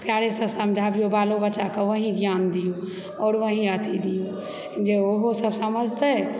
प्यारेसँ समझाबिऔ बालो बच्चाकऽ वही ज्ञान दिऔ आओर वही अथी दिऔ जे ओहोसभ समझतय